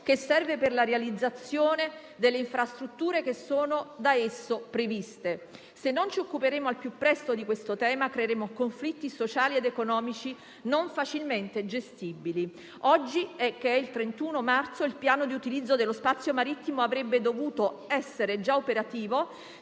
che serve per la realizzazione delle infrastrutture da esso previste. Se non ci occuperemo al più presto di questo tema, creeremo conflitti sociali ed economici non facilmente gestibili. Oggi è il 31 marzo e il piano di utilizzo dello spazio marittimo avrebbe dovuto essere già operativo;